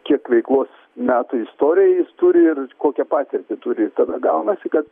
kiek veiklos metų istoriją jis turi ir kokią patirtį turi ir tada gaunasi kad